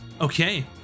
okay